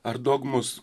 ar dogmos